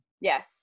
Yes